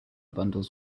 bundles